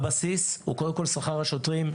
הבסיס זה קודם כול שכר השוטרים.